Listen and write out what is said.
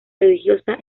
religiosa